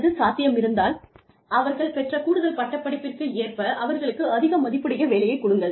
அல்லது சாத்தியமிருந்தால் அவர்கள் பெற்ற கூடுதல் பட்டப்படிப்பிற்கு ஏற்ப அவர்களுக்கு அதிக மதிப்புடைய வேலையை கொடுங்கள்